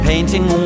Painting